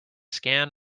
scan